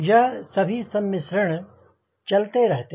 यह सभी सम्मिश्रण चलते रहते हैं